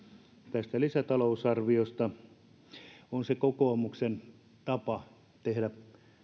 tästä lisätalousarviosta ja se on se kokoomuksen tapa tehdä